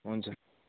हुन्छ